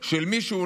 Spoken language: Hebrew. של מישהו,